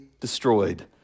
destroyed